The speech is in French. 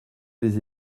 les